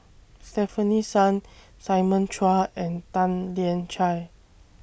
Stefanie Sun Simon Chua and Tan Lian Chye